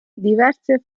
diverse